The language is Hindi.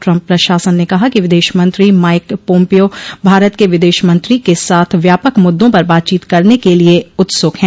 ट्रम्प प्रशासन ने कहा कि विदेश मंत्री माइक पोम्पियो भारत के विदेश मंत्री के साथ व्यापक मुद्दों पर बातचीत करने के लिए उत्सुक हैं